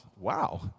wow